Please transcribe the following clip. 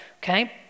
okay